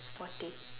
forty